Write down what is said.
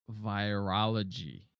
Virology